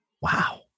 Wow